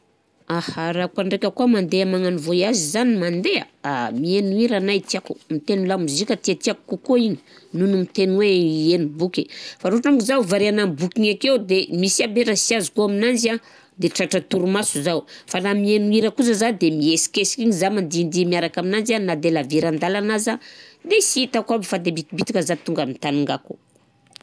Aha! Raha koà ndraika koà mande magnano voyage zany mandeha, a! mihaino hira anahy tiako, mitegno lamoziky tiatiako kokoa io noho nymitegno hoe iaino boky fa raha ohatra moa zaho variana amina boky igny akeo de misy aby raha sy azoko aminazy an, de tratran'ny toromaso zaho fa raha mihaino hira kosa zaho de mihesikesigny igny zaho mandihindihy miaraka aminanjy an na de halaviran-dàlana aza de sy hitako aby fa de bitibitika zah tonga ami tany ingako.